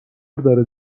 داره